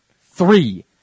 Three